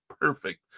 perfect